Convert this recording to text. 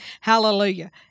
Hallelujah